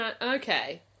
Okay